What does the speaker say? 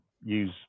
use